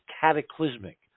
cataclysmic